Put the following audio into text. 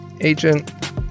agent